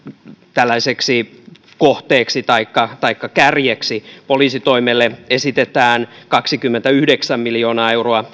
kohteeksi taikka taikka kärjeksi poliisitoimelle esitetään kaksikymmentäyhdeksän miljoonaa euroa